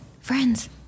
friends